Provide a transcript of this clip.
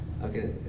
Okay